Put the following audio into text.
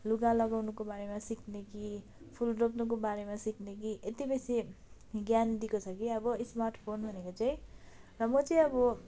लुगा लगाउनुको बारेमा सिक्ने कि फुल रोप्नुको बारेमा सिक्ने कि यति बेसी ज्ञान दिएको छ कि अब स्मार्ट फोन भनेको चाहिँ र म चाहिँ अब